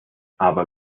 aber